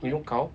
you know kaw